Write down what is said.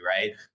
right